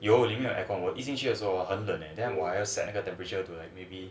有里面有 aircon 我一进去的时候很冷 eh then 我还要 set 那个 temperature